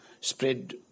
spread